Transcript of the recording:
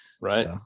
Right